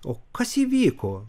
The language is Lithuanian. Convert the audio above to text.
o kas įvyko